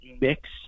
mix